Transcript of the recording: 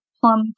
plum